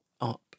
up